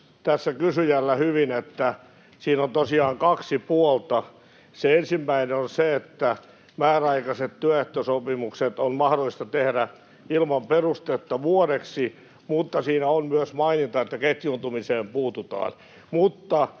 luettu hyvin, että siinä on tosiaan kaksi puolta. Se ensimmäinen on se, että määräaikaiset työehtosopimukset on mahdollista tehdä ilman perustetta vuodeksi, mutta siinä on myös maininta, että ketjuuntumiseen puututaan. Mutta